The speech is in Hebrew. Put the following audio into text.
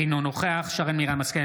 אינו נוכח שרן מרים השכל,